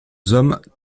hommes